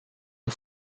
the